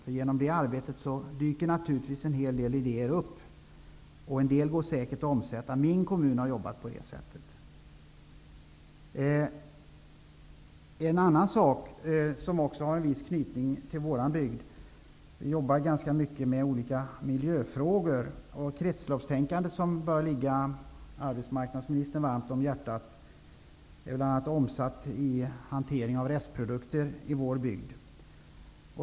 Genom det arbetet dyker det naturligtvis upp en hel del idéer. Och en del går säkert att omsätta. Min kommun har jobbat på det sättet. En annan sak som också har en viss anknytning till vår bygd, är att vi jobbar ganska mycket med olika miljöfrågor. Kretsloppstänkandet, som bör ligga arbetsmarknadsministern varmt om hjärtat, är bl.a. omsatt i hanteringen av restprodukter i vår bygd.